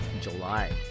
July